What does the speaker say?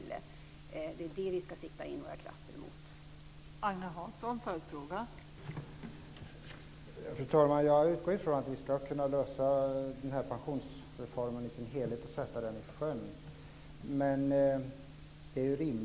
Det är det som vi ska sätta in våra krafter på.